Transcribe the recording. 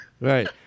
Right